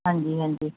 ਹਾਂਜੀ ਹਾਂਜੀ